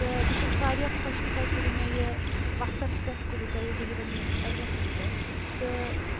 تہٕ بہٕ چھَس واریاہ خۄش کہِ تۄہہِ کوٚرُو مےٚ یہِ وقتَس پؠٹھ کوٚرُو تۄہہِ یہِ ڈیٚلِوَر میٲنِس ایڈرَس پؠٹھ تہٕ